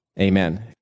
Amen